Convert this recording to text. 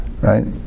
Right